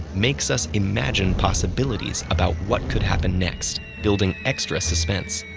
makes us imagine possibilities about what could happen next, building extra suspense.